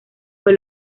fue